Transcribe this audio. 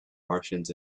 martians